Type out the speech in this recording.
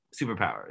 superpowers